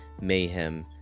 mayhem